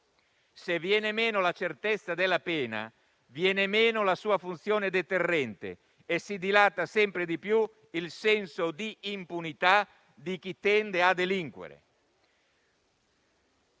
Se viene meno la certezza della pena, viene meno la sua funzione deterrente e si dilata sempre di più il senso di impunità di chi tende a delinquere.